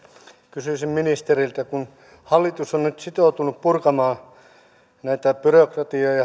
kysyisin ministeriltä kun hallitus on nyt sitoutunut purkamaan byrokratiaa ja